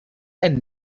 and